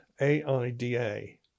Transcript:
A-I-D-A